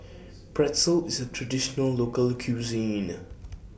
Pretzel IS A Traditional Local Cuisine